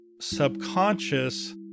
subconscious